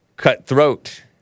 Cutthroat